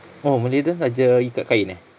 oh malay dance ajar ikat kain eh